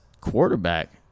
quarterback